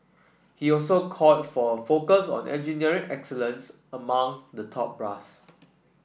he also called for a focus on engineering excellence among the top brass